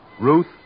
Ruth